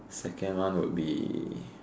second one would be